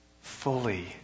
fully